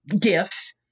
gifts